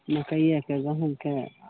मकैएके गहूँमके